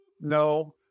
No